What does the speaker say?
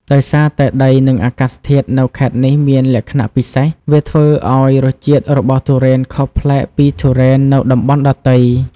ដោយសារតែដីនិងអាកាសធាតុនៅខេត្តនេះមានលក្ខណៈពិសេស វាធ្វើឲ្យរសជាតិរបស់ទុរេនខុសប្លែកពីទុរេននៅតំបន់ដទៃ។